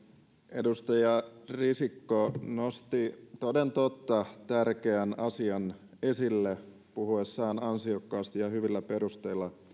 edustaja risikko nosti toden totta tärkeän asian esille puhuessaan ansiokkaasti ja hyvillä perusteilla